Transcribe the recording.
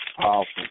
Awesome